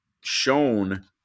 shown